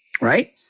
right